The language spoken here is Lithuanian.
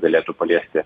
galėtų paliesti